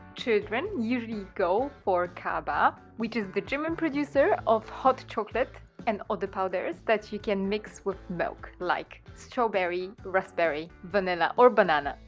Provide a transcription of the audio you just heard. children usually go for kaba which is the german producer of hot chocolate and other powders that you can mix with milk like strawberry, raspberry, vanilla or banana.